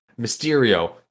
Mysterio